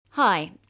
Hi